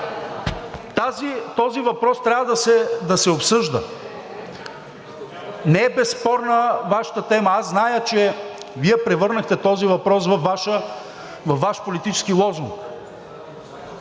Този въпрос трябва да се обсъжда. Не е безспорна Вашата тема. Аз зная, че Вие превърнахте този въпрос във Ваш политически лозунг,